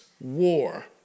war